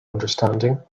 understanding